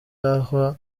aha